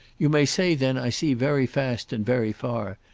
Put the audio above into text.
you may say then i see very fast and very far,